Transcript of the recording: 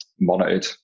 monitored